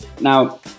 Now